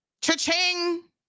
Cha-ching